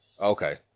Okay